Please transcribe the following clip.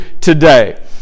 today